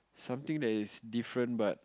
something that is different but